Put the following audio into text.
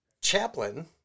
chaplain